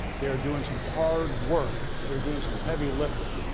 they are doing some hard work. they're doing some heavy lifting.